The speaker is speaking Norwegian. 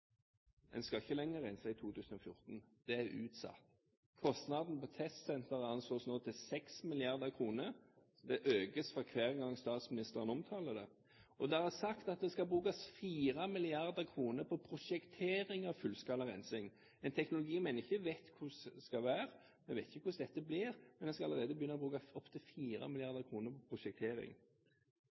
En skal ikke lenger rense innen 2014 – det er utsatt. Kostnadene i tilknytning til testsenteret anslås nå til 6 mrd. kr, og det øker for hver gang statsministeren omtaler det. Det er sagt at det skal brukes 4 mrd. kr på prosjektering av fullskala rensing – en teknologi man ikke vet hvordan skal være. Vi vet ikke hvordan dette blir, men en skal altså bruke opptil 4 mrd. kr på prosjektering.